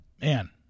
man